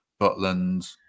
Butland